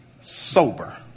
sober